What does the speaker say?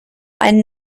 einen